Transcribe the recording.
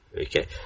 okay